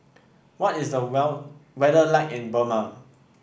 what is the well weather like in Burma